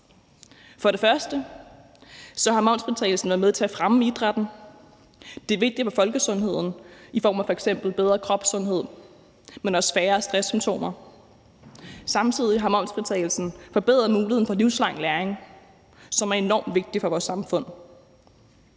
For det første har momsfritagelsen været med til at fremme idrætten. Det er vigtigt for folkesundheden i form af f.eks. bedre kropssundhed, men også færre stresssymptomer. Samtidig har momsfritagelsen forbedret muligheden for livslang læring, som er enormt vigtig for vores samfund.